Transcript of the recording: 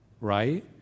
right